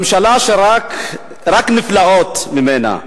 ממשלה שרק נפלאות יש ממנה.